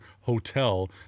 hotel